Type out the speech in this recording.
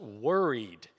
worried